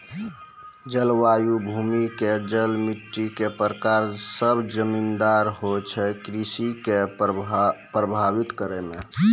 जलवायु, भूमि के जल, मिट्टी के प्रकार सब जिम्मेदार होय छै कृषि कॅ प्रभावित करै मॅ